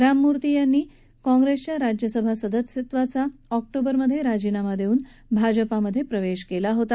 राममूर्ती यांनी काँग्रेसच्या राज्यसभा सदस्यत्वाचा ऑक्टोबरमधे राजीनामा देऊन भाजपामधे प्रवेश केला होता